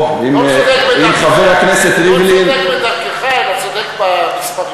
או, אם חבר הכנסת, לא צודק בדרכך, לא צודק בדרכך,